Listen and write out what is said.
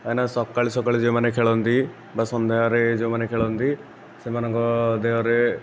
କାଇଁନା ସକାଳୁ ସକାଳୁ ଯେଉଁ ମାନେ ଖେଳନ୍ତି ବା ସନ୍ଧ୍ୟା ରେ ଯେଉଁ ମାନେ ଖେଳନ୍ତି ସେମାନଙ୍କ ଦେହରେ